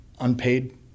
unpaid